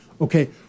Okay